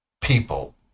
people